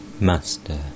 Master